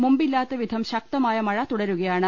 മുമ്പില്ലാത്ത വിധം ശക്തമായ മഴ തുടരുകയാണ്